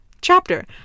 chapter